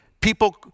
people